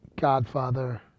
Godfather